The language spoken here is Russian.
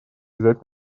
взять